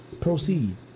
proceed